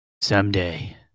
Someday